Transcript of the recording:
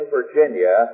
Virginia